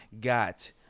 got